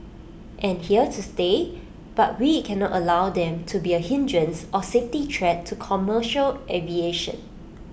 and here to stay but we cannot allow them to be A hindrance or safety threat to commercial aviation